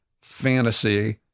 fantasy